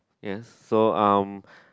yes so um